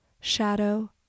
shadow